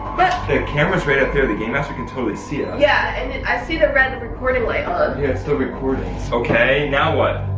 the camera's right up there. the game master can totally see us. yeah and i see the red recording light on. yeah it's still recording. okay, now what?